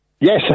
yes